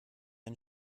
ein